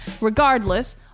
Regardless